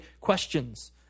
questions